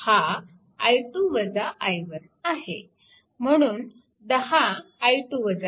म्हणून 10 0